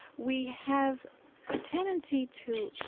we have a tendency to,